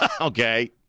okay